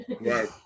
Right